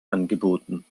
angeboten